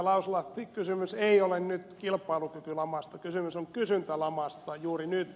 lauslahti kysymys ei ole nyt kilpailukykylamasta kysymys on kysyntälamasta juuri nyt